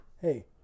Hey